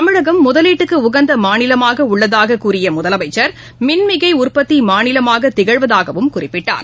தமிழகம் முதலீட்டுக்கு உகந்த மாநிலமாக உள்ளதாக கூறிய முதலமைச்சா் மின்மிகை உற்பத்தி மாநிலமாக திகழ்வதாகவும் குறிப்பிட்டார்